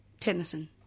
Tennyson